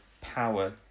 power